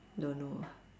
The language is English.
don't know ah